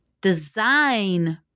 design